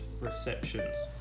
receptions